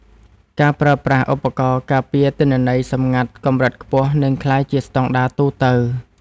ការប្រើប្រាស់ឧបករណ៍ការពារទិន្នន័យសម្ងាត់កម្រិតខ្ពស់ នឹងក្លាយជាស្ដង់ដារទូទៅ។